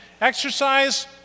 exercise